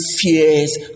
fears